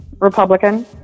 Republican